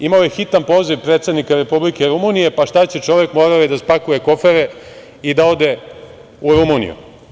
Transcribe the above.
Imao je hitan poziv predsednika Republike Rumunije, pa šta će čovek, morao je da spakuje kofere i da ode u Rumuniju.